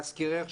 להזכירך,